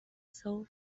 soul